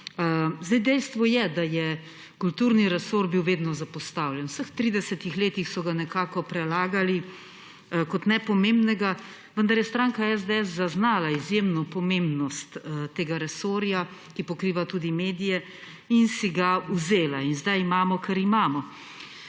Dejstvo je, da je bil kulturni resor vedno zapostavljen. V vseh 30 letih so ga nekako prelagali kot nepomembnega, vendar je stranka SDS zaznala izjemno pomembnost tega resorja, ki pokriva tudi medije, in si ga vzela. In zdaj imamo, kar imamo.